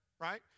right